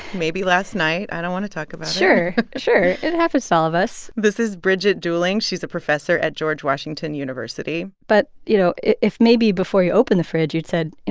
maybe last night. i don't want to talk about it sure, sure. it happens to all of us this is bridget dooling. she's a professor at george washington university but, you know, if, maybe, before you opened the fridge, you'd said, you